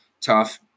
tough